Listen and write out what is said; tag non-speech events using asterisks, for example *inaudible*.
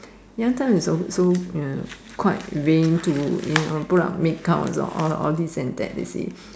young time is also uh quite vain to you know put on make up a lot and all this and that you see *breath*